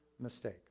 mistake